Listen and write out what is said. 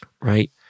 right